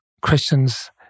Christians